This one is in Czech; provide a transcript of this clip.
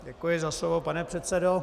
Děkuji za slovo, pane předsedo.